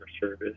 service